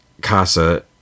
casa